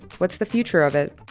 what's the future of it?